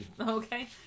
Okay